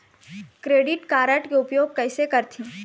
Credit card के उपयोग कैसे करथे?